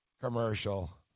commercial